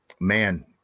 man